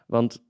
Want